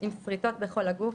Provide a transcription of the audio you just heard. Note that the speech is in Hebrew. עם שריטות בכל הגוף,